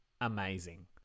amazing